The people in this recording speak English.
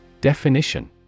Definition